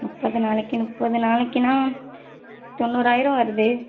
முப்பது நாளைக்கு முப்பது நாளைக்குனால் தொண்ணூறாயிரம் வருது